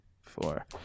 four